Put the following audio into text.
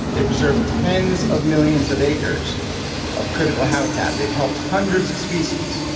they preserve tens of millions of acres of critical habitat. they've helped hundreds of species.